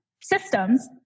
systems